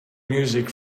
music